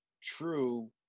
true